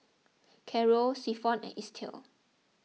Caro Clifton and Estill